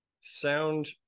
sound